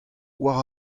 war